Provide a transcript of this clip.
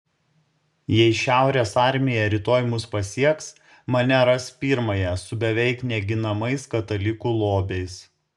jei šiaurės armija rytoj mus pasieks mane ras pirmąją su beveik neginamais katalikų lobiais